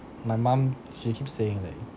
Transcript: my mum she keeps saying like